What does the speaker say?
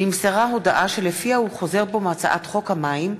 נמסרה הודעה שלפיה הוא חוזר בו מהצעת חוק המים (תיקון,